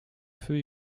feu